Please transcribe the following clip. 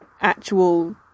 actual